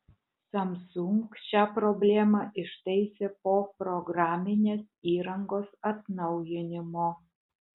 samsung šią problemą ištaisė po programinės įrangos atnaujinimo